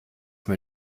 mit